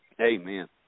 Amen